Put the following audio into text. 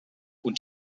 und